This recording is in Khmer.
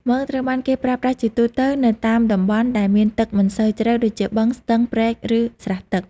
មងត្រូវបានគេប្រើប្រាស់ជាទូទៅនៅតាមតំបន់ដែលមានទឹកមិនសូវជ្រៅដូចជា បឹង ស្ទឹង ព្រែក ឬស្រះទឹក។